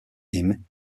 him